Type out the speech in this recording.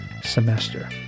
semester